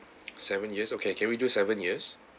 seven years okay can we do seven years